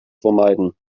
vermeiden